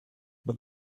but